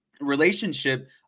relationship